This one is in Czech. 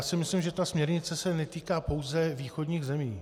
Myslím si, že směrnice se netýká pouze východních zemí.